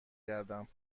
گردم